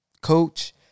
coach